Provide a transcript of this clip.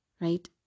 right